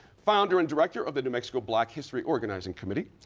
founder and director of the new mexico black history organizing committee.